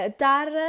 tar